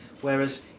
Whereas